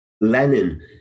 Lenin